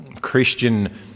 Christian